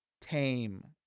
tame